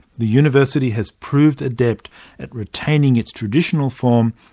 the university has proved adept at retaining its traditional form,